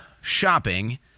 shopping